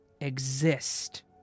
exist